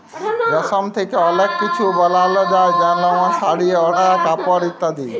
রেশম থ্যাকে অলেক কিছু বালাল যায় যেমল শাড়ি, ওড়লা, কাপড় ইত্যাদি